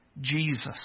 Jesus